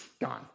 gone